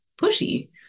pushy